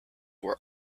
were